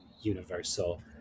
universal